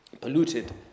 Polluted